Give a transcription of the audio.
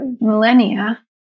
millennia